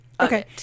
Okay